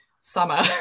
summer